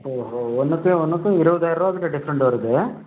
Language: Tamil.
ஓஹோ ஒன்றுக்கும் ஒன்றுக்கும் இருபதாய ரூபாக்கிட்ட டிஃப்ரெண்ட் வருது